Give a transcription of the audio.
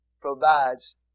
provides